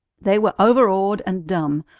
they were overawed and dumb,